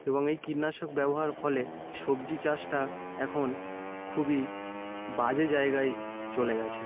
এবং এই কীটনাশক ব্যবহার ফলে সবজি চাষটা এখন খুবই বাজে জায়গায় চলে গেছে